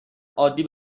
عادی